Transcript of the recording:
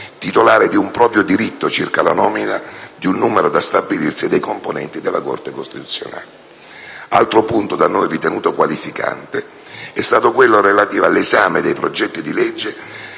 titolare di un proprio diritto circa la nomina di un numero da stabilirsi dei componenti della Corte costituzionale. Altro punto da noi ritenuto qualificante è stato quello relativo all'esame dei progetti di legge